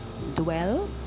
dwell